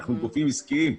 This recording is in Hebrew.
אנחנו גופים עסקיים,